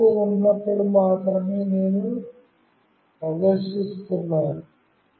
మార్పు ఉన్నప్పుడు మాత్రమే నేను ప్రదర్శిస్తున్నాను